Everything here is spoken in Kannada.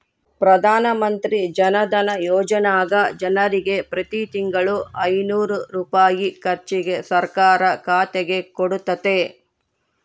ಪ್ರಧಾನಮಂತ್ರಿ ಜನಧನ ಯೋಜನೆಗ ಜನರಿಗೆ ಪ್ರತಿ ತಿಂಗಳು ಐನೂರು ರೂಪಾಯಿ ಖರ್ಚಿಗೆ ಸರ್ಕಾರ ಖಾತೆಗೆ ಕೊಡುತ್ತತೆ